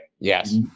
Yes